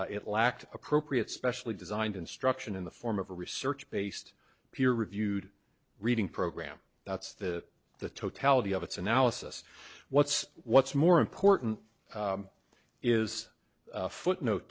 sentence it lacked appropriate specially designed instruction in the form of a research based peer reviewed reading program that's the the totality of its analysis what's what's more important is footnote